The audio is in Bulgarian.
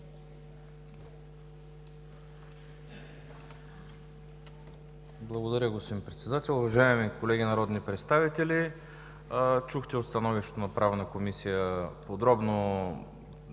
Благодаря, господин Председател. Уважаеми колеги народни представители, чухте от становището на Правна комисия подробно